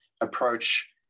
approach